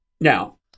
Now